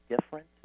different